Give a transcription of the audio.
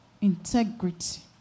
Integrity